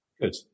good